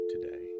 today